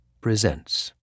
presents